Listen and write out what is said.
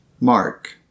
Mark